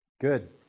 Good